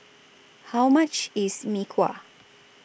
How much IS Mee Kuah